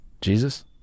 Jesus